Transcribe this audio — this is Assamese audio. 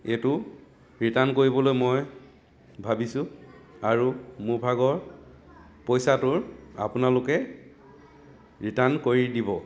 এইটো ৰিটাৰ্ণ কৰিবলৈ মই ভাবিছোঁ আৰু মোৰ ভাগৰ পইচাটোৰ আপোনালোকে ৰিটাৰ্ণ কৰি দিব